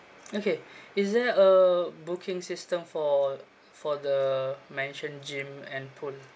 okay is there a booking system for for the mentioned gym and pool